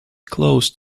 close